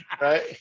Right